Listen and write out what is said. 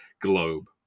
globe